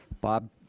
Bob